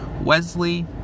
Wesley